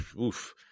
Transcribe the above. Oof